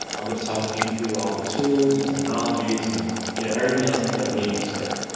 i'm going to talk to you through all the tools and technologies and you know everything else that we need to get started.